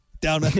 Down